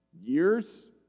Years